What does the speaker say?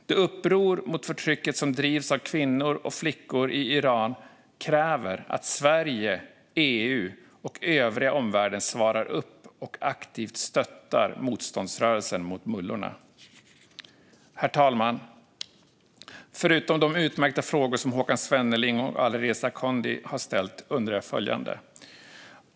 Det uppror mot förtrycket som drivs av kvinnor och flickor i Iran kräver att Sverige, EU och övriga omvärlden svarar och aktivt stöttar motståndsrörelsen mot mullorna. Herr talman! Förutom de utmärkta frågor som Håkan Svenneling och Alireza Akhondi har ställt undrar jag följande.